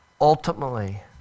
ultimately